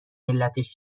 علتش